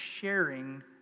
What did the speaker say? sharing